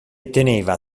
teneva